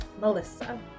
Melissa